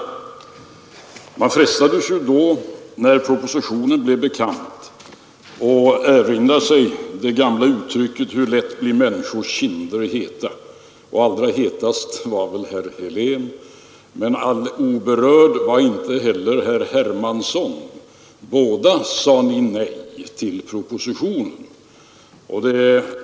Man frestades då, när propositionen blev bekant, att erinra sig Heidenstams ord: Hur lätt bli människornas kinder heta. — Allra hetast var herr Helén, men inte heller herr Hermansson var oberörd. Båda sade ni nej till propositionen.